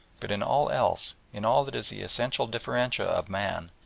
but in all else, in all that is the essential differentia of man,